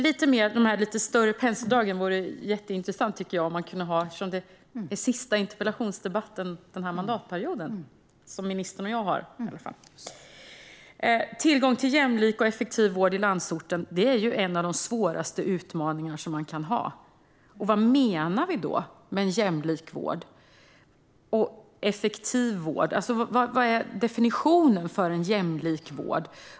Lite bredare penseldrag skulle jag alltså vilja ha eftersom det här är den sista interpellationsdebatt som ministern och jag har den här mandatperioden. Tillgång till jämlik och effektiv vård i landsorten är en av de svåraste utmaningar man kan ha. Vad menar vi då med jämlik vård och effektiv vård? Vad är definitionen av jämlik vård?